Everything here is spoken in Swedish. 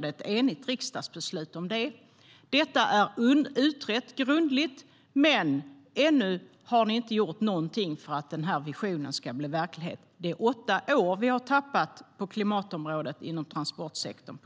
Det var enigt riksdagsbeslut om det. Detta är grundligt utrett, men ännu har ni inte gjort någonting för att visionen ska bli verklighet. På grund av detta har vi tappat åtta år på klimatområdet inom transportsektorn.